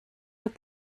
what